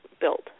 built